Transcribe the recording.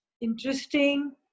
interesting